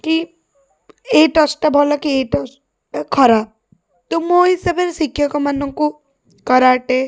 କି ଏଇ ଟଚ୍ଟା ଭଲକି ଏଇ ଟଚ୍ଟା ଖରାପ ତ ମୋ ହିସାବରେ ଶିକ୍ଷକମାନଙ୍କୁ କରାଟେ